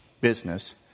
business